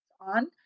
on